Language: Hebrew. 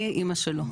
אני אמא שלו.